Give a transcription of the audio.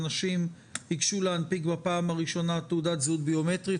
כאשר אנשים ייגשו להנפיק בפעם הראשונה תעודת זהות ביומטרית,